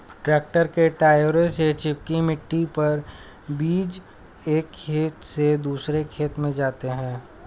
tractor के टायरों से चिपकी मिट्टी पर बीज एक खेत से दूसरे खेत में जाते है